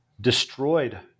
destroyed